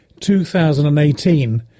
2018